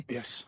Yes